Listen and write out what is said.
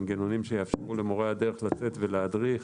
מנגנונים שיאפשרו למורי הדרך לצאת ולהדריך.